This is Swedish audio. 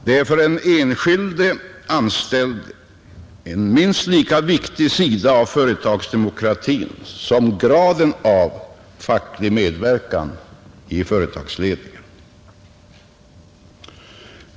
Det är för den enskilde anställde en minst lika viktig sida av företagsdemokratin som graden av facklig medverkan i företagsledningen.